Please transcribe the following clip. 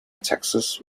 texas